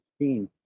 15